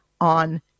on